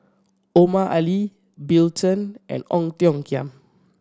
Omar Ali Bill Chen and Ong Tiong Khiam